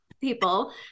people